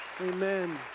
Amen